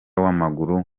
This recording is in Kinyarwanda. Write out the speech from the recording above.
w’amaguru